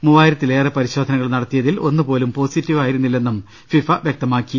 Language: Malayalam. മൂവ്വായിരത്തിലേറെ പരിശോധനകൾ നടത്തിയതിൽ ഒന്നുപോലും പോസിറ്റീവ് ആയിരുന്നില്ലെന്നും ഫിഫ വൃക്തമാക്കി